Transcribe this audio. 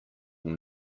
will